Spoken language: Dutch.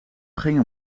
ging